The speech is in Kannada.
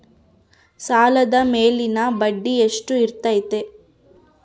ಸಾಲದ ಮೇಲಿನ ಬಡ್ಡಿ ಎಷ್ಟು ಇರ್ತೈತೆ?